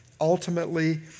ultimately